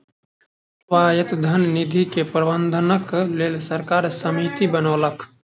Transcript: स्वायत्त धन निधि के प्रबंधनक लेल सरकार समिति बनौलक